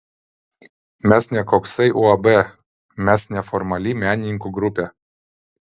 mes ne koksai uab mes neformali menininkų grupė